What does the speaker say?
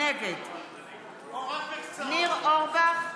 נגד ניר אורבך,